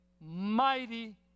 mighty